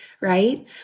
right